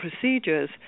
procedures